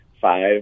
five